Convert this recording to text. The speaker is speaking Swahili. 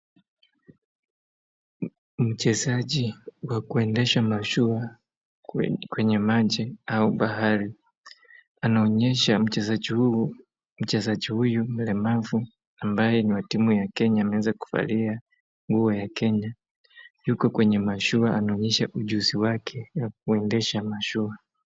Mchezaji wa kuendesha mashua kwenye maji au bahari. Anaonyesha mchezaji huyu mchezaji huyu mlemavu ambaye ni wa timu ya Kenya ameza kuvalia nguo ya Kenya. Yuko kwenye mashua anaonyesha ujuzi wake wa kuendesha mashua.